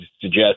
suggest –